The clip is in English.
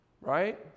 Right